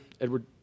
Edward